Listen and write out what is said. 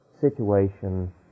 situation